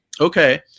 Okay